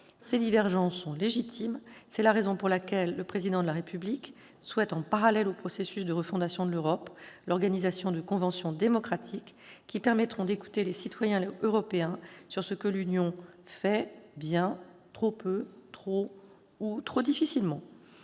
Ces divergences sont légitimes. C'est la raison pour laquelle le Président de la République souhaite, parallèlement au processus de refondation de l'Europe, l'organisation de conventions démocratiques, qui permettront d'écouter les citoyens européens sur ce que l'Union fait bien, trop peu, trop, ou trop difficilement.